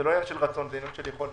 זה לא עניין של רצון אלא עניין של יכולת.